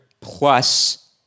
plus